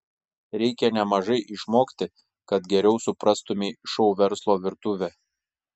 reikia nemažai išmokti kad geriau suprastumei šou verslo virtuvę